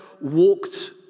walked